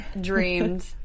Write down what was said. dreamed